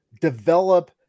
develop